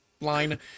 line